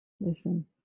Listen